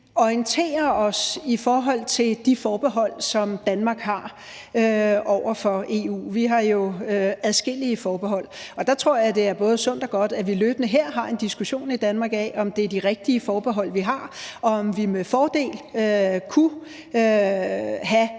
orienterer os i forhold til de forbehold, som Danmark har over for EU. Vi har jo adskillige forbehold, og der tror jeg, at det er både sundt og godt, at vi løbende her har en diskussion i Danmark af, om det er de rigtige forbehold, vi har, og om vi med fordel kunne have